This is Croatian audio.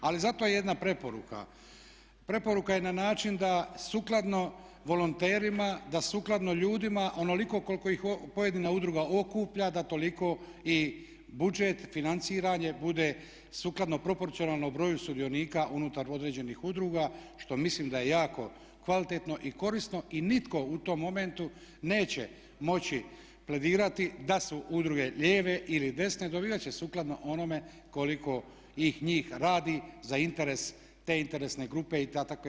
Ali zato jedna preporuka, preporuka je na način da sukladno volonterima, da sukladno ljudima onoliko koliko ih pojedina udruga okuplja, da toliko i budžet financiranje bude sukladno proporcionalno broju sudionika unutar određenih udruga što mislim da je jako kvalitetno i korisno i nitko u tom momentu neće moći pledirati da su udruge lijeve ili desne, dobivat će sukladno onome koliko ih njih radi za interes te interesne grupe i takve interesne udruge.